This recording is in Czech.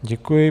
Děkuji.